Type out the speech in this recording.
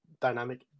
dynamic